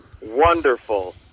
wonderful